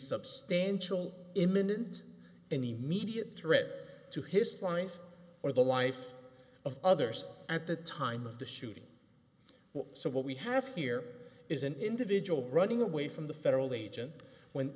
substantial imminent and immediate threat to his life or the life of others at the time of the shooting so what we have here is an individual running away from the federal agent when